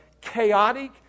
chaotic